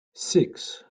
six